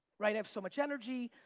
right? i have so much energy,